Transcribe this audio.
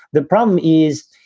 the problem is,